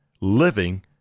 Living